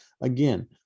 again